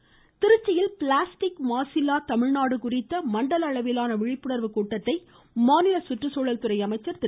கருப்பணன் திருச்சியில் பிளாஸ்டிக் மாசில்லா தமிழ்நாடு குறித்த மண்டல அளவிலான விழிப்புணர்வு கூட்டத்தை மாநில சுற்றுச்சூழல்துறை அமைச்சர் திரு